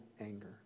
anger